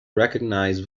recognise